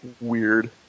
weird